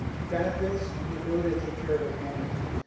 benefits, and the ability to take care of their families,